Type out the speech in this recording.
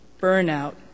burnout